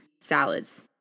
salads